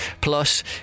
Plus